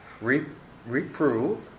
Reprove